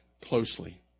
closely